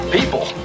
People